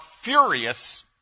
furious